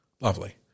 Lovely